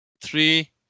three